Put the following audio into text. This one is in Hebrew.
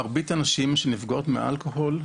מרבית הנשים שנפגעות מאלכוהול,